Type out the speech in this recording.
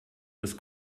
des